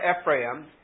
Ephraim